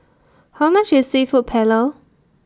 How much IS Seafood Paella